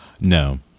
No